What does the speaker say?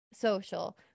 social